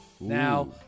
Now